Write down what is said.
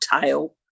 tail